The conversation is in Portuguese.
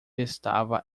estava